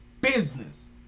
business